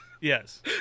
yes